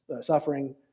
suffering